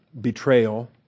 betrayal